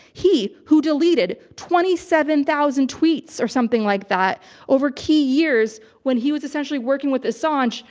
he, who deleted twenty seven thousand tweets or something like that over key years when he was essentially working with assange,